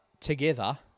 together